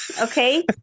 Okay